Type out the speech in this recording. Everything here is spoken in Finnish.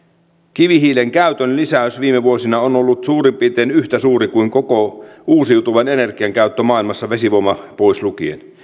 kivihiilen käytön lisäys viime vuosina on ollut suurin piirtein yhtä suuri kuin koko uusiutuvan energian käyttö maailmassa vesivoima pois lukien